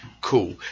cool